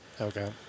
Okay